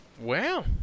Wow